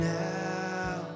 now